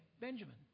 Benjamin